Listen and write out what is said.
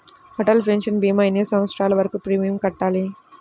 Atal pension భీమా ఎన్ని సంవత్సరాలు వరకు ప్రీమియం కట్టాలి?